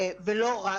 ולא רק.